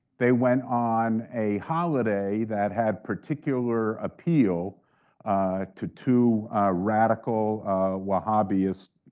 they went on a holiday that had particular appeal to two radical wahhabists,